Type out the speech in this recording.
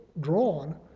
drawn